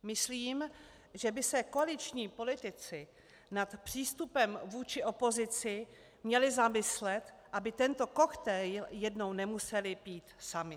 Myslím, že by se koaliční politici nad přístupem vůči opozici měli zamyslet, aby tento koktejl jednou nemuseli pít sami.